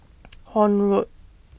Horne Road